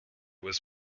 was